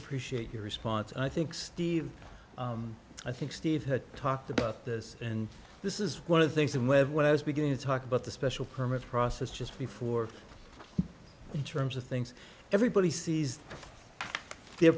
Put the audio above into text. appreciate your response i think steve i think steve has talked about this and this is one of the things that led when i was beginning to talk about the special permit process just before in terms of things everybody sees their